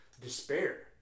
despair